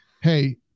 Hey